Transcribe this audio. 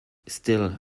still